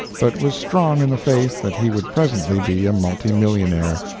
but was strong in the faith that he would presently be a multi-millionaire.